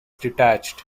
detached